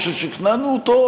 או ששכנענו אותו,